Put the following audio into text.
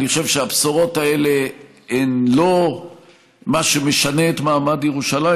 אני חושב שהבשורות האלה הן לא מה שמשנה את מעמד ירושלים,